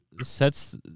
sets